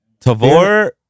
Tavor